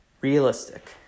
realistic